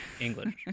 English